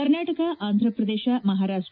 Karnataka Andhra Pradesh Maharashtra